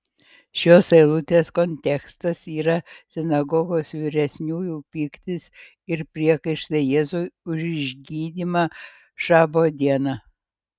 šios eilutės kontekstas yra sinagogos vyresniųjų pyktis ir priekaištai jėzui už išgydymą šabo dieną